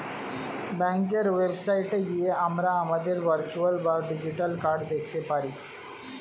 ব্যাঙ্কের ওয়েবসাইটে গিয়ে আমরা আমাদের ভার্চুয়াল বা ডিজিটাল কার্ড দেখতে পারি